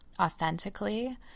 authentically